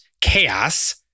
chaos